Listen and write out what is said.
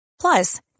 Plus